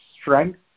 strength